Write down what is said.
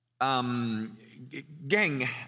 Gang